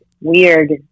weird